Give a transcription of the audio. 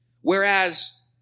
Whereas